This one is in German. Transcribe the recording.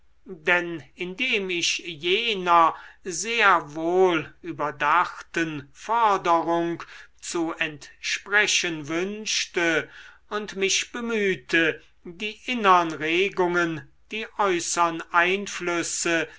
denn indem ich jener sehr wohl überdachten forderung zu entsprechen wünschte und mich bemühte die innern regungen die äußern einflüsse